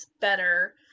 better